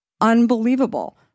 Unbelievable